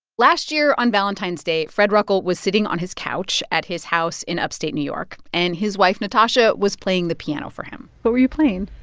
last year on valentine's day, fred ruckel was sitting on his couch at his house in upstate new york, and his wife natasha was playing the piano for him what were you playing?